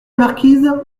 marquise